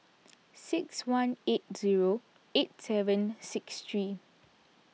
six one eight zero eight seven six three